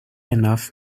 enough